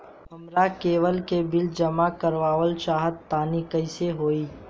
हमरा केबल के बिल जमा करावल चहा तनि कइसे होई?